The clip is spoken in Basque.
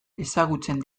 ezagutzen